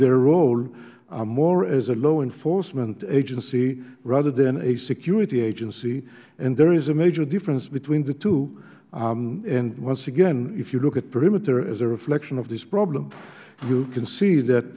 own more as a law enforcement agency rather than a security agency and there is a major difference between the two and once again if you look at perimeter as a reflection of this problem you can see that